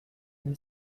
إذا